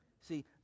See